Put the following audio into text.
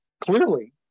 Clearly